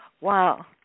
Wow